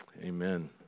Amen